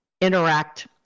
interact